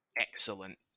excellent